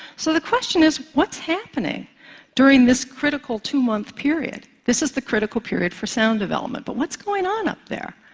so the question is what's happening during this critical two-month period? this is the critical period for sound development. but what's going on up there?